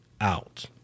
out